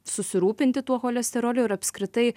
susirūpinti tuo cholesteroliu ir apskritai